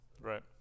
Right